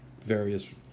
various